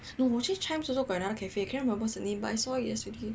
no Muji Chijmes also got another cafe I cannot remember what's the name but I saw it yesterday